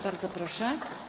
Bardzo proszę.